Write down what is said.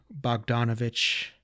Bogdanovich